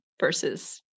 versus